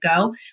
go